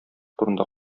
турында